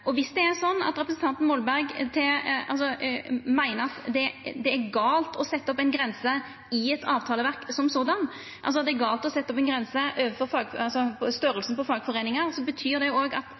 Og viss representanten Molberg meiner at det er galt å setja ei grense i eit avtaleverk, altså at det er galt å setja ei grense for størrelsen på fagforeiningane, så betyr det òg at